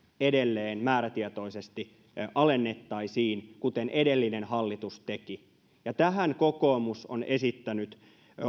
edelleen määrätietoisesti alennettaisiin kuten edellinen hallitus teki ja tähän kokoomus on esittänyt